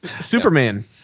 Superman